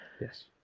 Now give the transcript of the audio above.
yes